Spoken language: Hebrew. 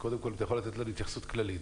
אם אתה יכול לתת התייחסות כללית.